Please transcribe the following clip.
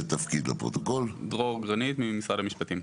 ממשרד המשפטים.